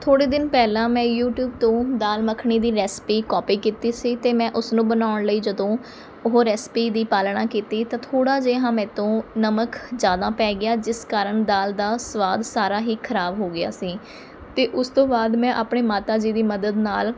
ਥੋੜ੍ਹੇ ਦਿਨ ਪਹਿਲਾਂ ਮੈਂ ਯੂਟਿਊਬ ਤੋਂ ਦਾਲ ਮੱਖਣੀ ਦੀ ਰੈਸਪੀ ਕੋਪੀ ਕੀਤੀ ਸੀ ਅਤੇ ਮੈਂ ਉਸਨੂੰ ਬਣਾਉਣ ਲਈ ਜਦੋਂ ਉਹ ਰੈਸਪੀ ਦੀ ਪਾਲਣਾ ਕੀਤੀ ਤਾਂ ਥੋੜ੍ਹਾ ਜਿਹਾ ਮੈਤੋਂ ਨਮਕ ਜ਼ਿਆਦਾ ਪੈ ਗਿਆ ਜਿਸ ਕਾਰਨ ਦਾਲ ਦਾ ਸਵਾਦ ਸਾਰਾ ਹੀ ਖ਼ਰਾਬ ਹੋ ਗਿਆ ਸੀ ਅਤੇ ਉਸ ਤੋਂ ਬਾਅਦ ਮੈਂ ਆਪਣੇ ਮਾਤਾ ਜੀ ਦੀ ਮਦਦ ਨਾਲ਼